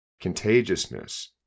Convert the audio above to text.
contagiousness